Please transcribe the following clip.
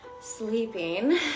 sleeping